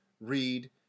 read